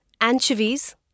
anchovies